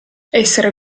essere